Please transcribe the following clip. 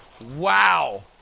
Wow